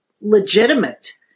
legitimate